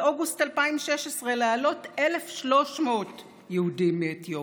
באוגוסט 2016, להעלות 1,300 יהודים מאתיופיה.